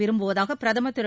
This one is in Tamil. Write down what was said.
விரும்புவதாக பிரதமர் திரு